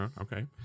okay